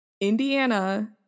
Indiana